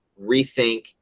rethink